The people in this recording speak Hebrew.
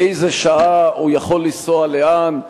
באיזו שעה הוא יכול לנסוע לאן,